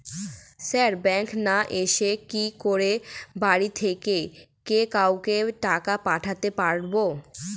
Sir ব্যাঙ্কে না এসে কি করে বাড়ি থেকেই যে কাউকে টাকা পাঠাতে পারবো?